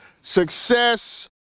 success